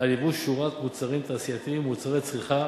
על יבוא שורת מוצרים תעשייתיים ומוצרי צריכה